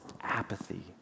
apathy